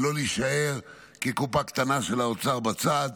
ולא להישאר כקופה קטנה של האוצר בצד.